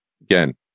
again